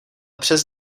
přes